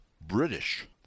British